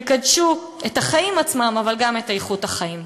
תקדשו את החיים עצמם אבל גם את איכות החיים.